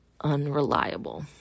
unreliable